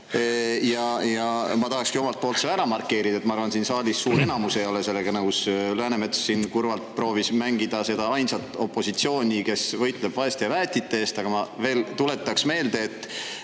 Ma tahaksin omalt poolt ära markeerida, et ma arvan, et siin saalis suur enamus ei ole sellega nõus. Läänemets proovis kurvalt mängida seda ainsat opositsiooni, kes võitleb vaeste ja väetite eest. Aga ma tuletaks meelde, et